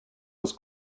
was